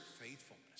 faithfulness